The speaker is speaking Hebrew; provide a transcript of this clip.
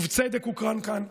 ובצדק הוקרן כאן.